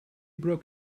broke